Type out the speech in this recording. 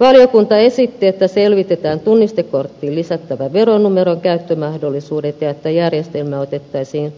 valiokunta esitti että selvitetään tunnistekorttiin lisättävän veronumeron käyttömahdollisuudet ja että järjestelmä otettaisiin